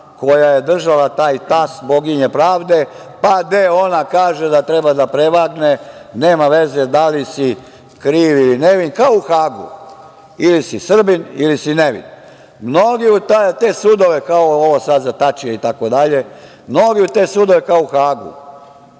koja je držala taj tas boginje pravde, pa gde ona kaže treba da prevagne nema veze da li si kriv ili nevin, kao u Hagu, ili si Srbin ili si nevin. Mnogi u te sudove, kao ovo sad za Tačija, mnogi u te sudove kao u Hagu